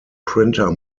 printer